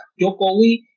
Jokowi